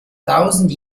thousand